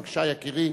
בבקשה, יקירי.